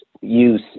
use